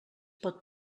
pot